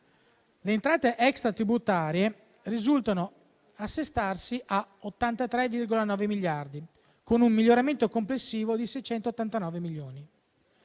Le entrate extratributarie risultano assestarsi a 83,9 miliardi, con un miglioramento complessivo di 689 milioni.